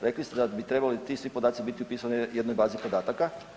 Rekli ste da bi trebali ti svi podaci biti upisani u jednoj bazi podataka.